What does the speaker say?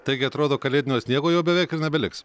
taigi atrodo kalėdinio sniego jau beveik ir nebeliks